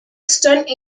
stone